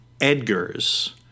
Edgar's